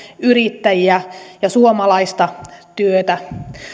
yrittäjiä ja suomalaista työtä